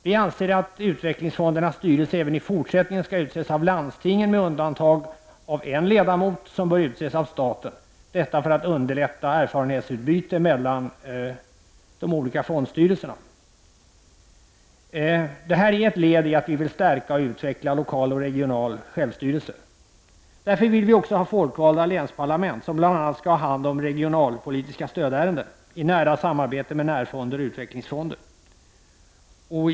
Vi anser att utvecklingsfondernas styrelser även i fortsättningen skall utses av landstingen, med undantag för en ledamot som bör utses av staten, detta för att underlätta erfarenhetsutbyten mellan de olika fondstyrelserna. Detta är ett led i att vi vill stärka och utveckla lokal och regional självsty relse. Vi vill därför också ha folkvalda länsparlament som skall ha hand om ärenden om regionalpolitiskt stöd i nära samarbete med närfonder och utvecklingsfonder.